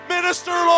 Minister